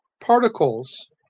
particles